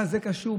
מה זה קשור?